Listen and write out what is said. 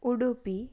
Udupi